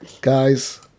Guys